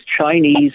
Chinese